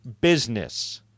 business